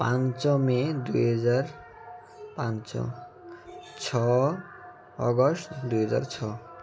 ପାଞ୍ଚ ମେ ଦୁଇ ହଜାର ପାଞ୍ଚ ଛଅ ଅଗଷ୍ଟ ଦୁଇହଜାର ଛଅ